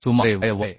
सुमारे YY